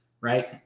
right